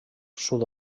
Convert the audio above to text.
sud